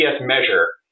measure